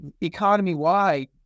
economy-wide